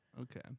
Okay